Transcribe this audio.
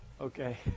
Okay